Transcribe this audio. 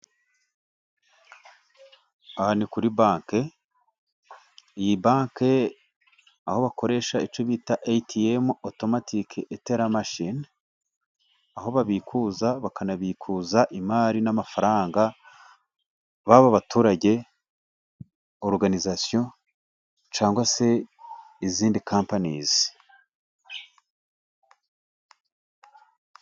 Aha ni kuri banki. Iyi banki aho bakoresha ATM otomatike tera mashine aho babikuza, bakanabikuza imari n'amafaranga, baba baturage, oruganizasiyo cyangwa se izindi kampanizi.